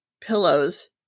pillows